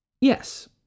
Yes